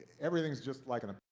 everything is just like an